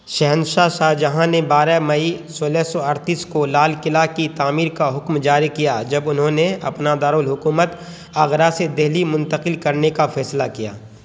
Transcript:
شہنشاہ شاہ جہاں نے بارہ مئی سولہ سو اڑتیس کو لال قلعہ کی تعمیر کا حکم جاری کیا جب انہوں نے اپنا دارالحکومت آگرہ سے دہلی منتقل کرنے کا فیصلہ کیا